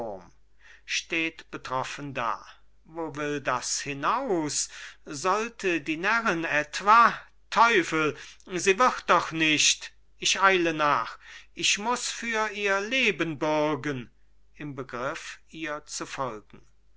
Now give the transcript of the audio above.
steht betroffen da wo will das hinaus sollte die närrin etwa teufel sie wird doch nicht ich eile nach ich muß für ihr leben bürgen im begriff ihr zu folgen